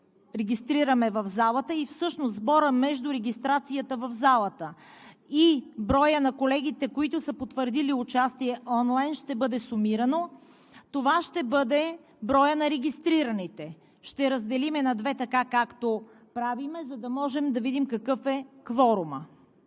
регистрираме в залата, и всъщност сборът между регистрацията в залата и броят на колегите, които са потвърдили участие онлайн, ще бъде сумирано. Това ще бъде броят на регистрираните. Ще го разделим на две така, както правим, за да може да видим какъв е кворумът.